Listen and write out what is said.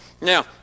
now